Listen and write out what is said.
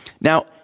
Now